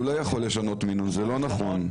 הוא לא יכול לשנות מינון, זה לא נכון.